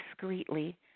discreetly